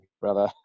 brother